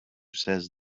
says